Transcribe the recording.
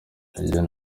eugene